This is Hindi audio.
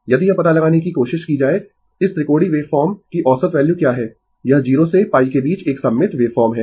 यदि यह पता लगाने की कोशिश की जाए इस त्रिकोणीय वेव फॉर्म की औसत वैल्यू क्या है यह 0 से π के बीच एक सममित वेवफॉर्म है